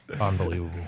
Unbelievable